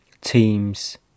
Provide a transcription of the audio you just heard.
teams